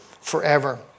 forever